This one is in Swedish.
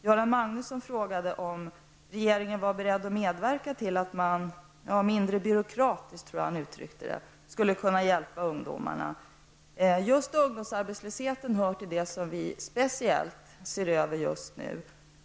Göran Magnusson frågar om regeringen är beredd att mindre byråkratiskt, jag tror att han uttryckte sig så, medverka till att ungdomarna får hjälp. Men frågan om ungdomsarbetslösheten är en av de frågor som just nu är föremål för en speciell översyn.